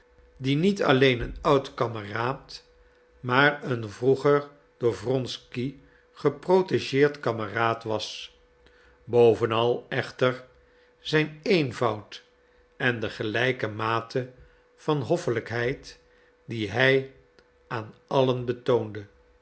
die niet alleen een oud kameraad maar een vroeger door wronsky geprotegeerd kameraad was bovenal echter zijn eenvoud en de gelijke mate van hoffelijkheid die hij aan allen betoonde